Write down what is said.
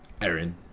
Aaron